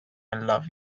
love